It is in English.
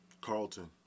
Carlton